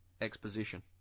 exposition